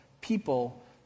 people